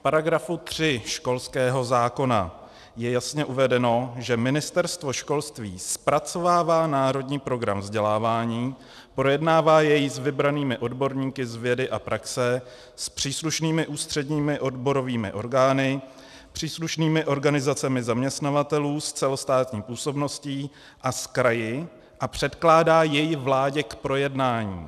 V § 3 školského zákona je jasně uvedeno, že Ministerstvo školství zpracovává Národní program vzdělávání, projednává jej s vybranými odborníky z vědy a praxe, s příslušnými ústředními odborovými orgány, příslušnými organizacemi zaměstnavatelů s celostátní působností a s kraji a předkládá jej vládě k projednání.